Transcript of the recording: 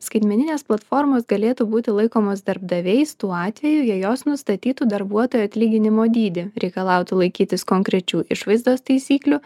skaitmeninės platformos galėtų būti laikomos darbdaviais tuo atveju jei jos nustatytų darbuotojo atlyginimo dydį reikalautų laikytis konkrečių išvaizdos taisyklių